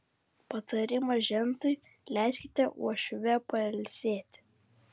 patarimas žentui leiskite uošvę pailsėti